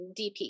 DP